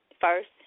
First